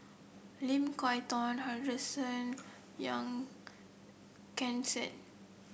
Lim Kay Tong Henderson Young Ken Seet